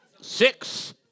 six